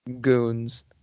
goons